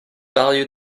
value